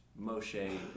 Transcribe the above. Moshe